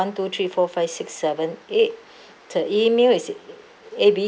one two three for five six seven eight the email A B